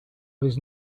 his